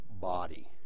body